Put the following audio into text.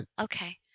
Okay